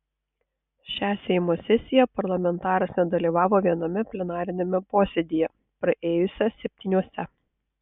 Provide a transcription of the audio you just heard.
šią seimo sesiją parlamentaras nedalyvavo viename plenariniame posėdyje praėjusią septyniuose